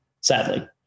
sadly